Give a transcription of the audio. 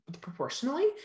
proportionally